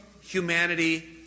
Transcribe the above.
humanity